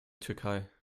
türkei